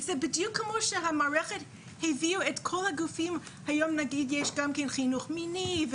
זה בדיוק כמו שהמערכת הביאה את כל הגופים היום יש גם כן חינוך מיני,